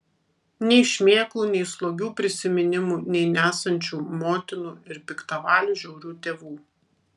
nei šmėklų nei slogių prisiminimų nei nesančių motinų ir piktavalių žiaurių tėvų